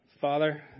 Father